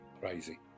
Crazy